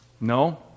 No